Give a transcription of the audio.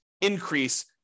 increase